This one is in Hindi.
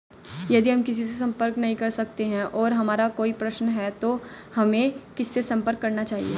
यदि हम किसी से संपर्क नहीं कर सकते हैं और हमारा कोई प्रश्न है तो हमें किससे संपर्क करना चाहिए?